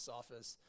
office